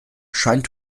scheint